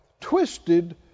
twisted